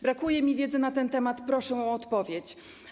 Brakuje mi wiedzy na ten temat, proszę o odpowiedź.